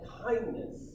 kindness